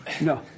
No